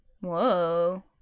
Whoa